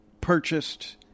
purchased